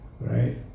right